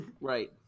right